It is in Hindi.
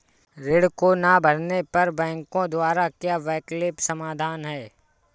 ऋण को ना भरने पर बैंकों द्वारा क्या वैकल्पिक समाधान हैं?